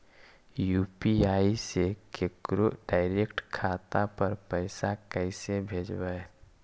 UPI से केकरो direct खाता पर पैसा कैसे भेजबै?